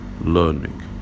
learning